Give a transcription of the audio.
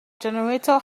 generator